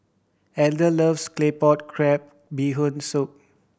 Elder loves Claypot Crab Bee Hoon Soup